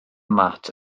mat